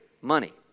money